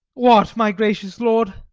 what, my gracious lord?